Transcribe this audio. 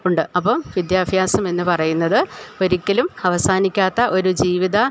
ഉണ്ട് അപ്പം വിദ്യാഭ്യാസം എന്ന് പറയുന്നത് ഒരിക്കലും അവസാനിക്കാത്ത ഒരു ജീവിത